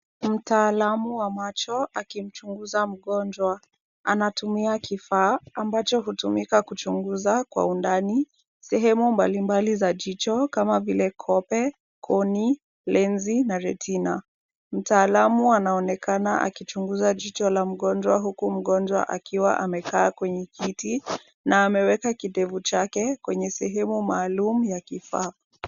Mtaalamu wa macho akimchunguza mgonjwa. Anatumia kifaa ambacho hutumika kuchunguza kwa undani sehemu mbalimbali za jicho kama vile kope, koni, lenzi na retina. Mtaalamu anaonekana akichunguza jicho la mgonjwa huku mgonjwa akiwa amekaa kwenye kiti na ameweka kidevu chake kwenye sehemu maalum ya kufaa.